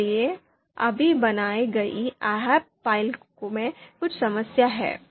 इसलिए अभी बनाई गई ahp फाइल में कुछ समस्या है